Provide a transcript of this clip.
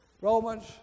Romans